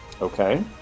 Okay